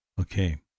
Okay